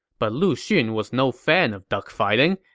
but lu xun was no fan of duck fighting,